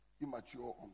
immature